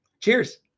cheers